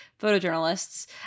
photojournalists